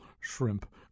shrimp